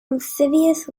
amphibious